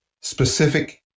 specific